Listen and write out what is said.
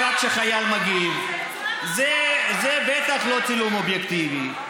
4K. חבר הכנסת אחמד טיבי.